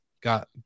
got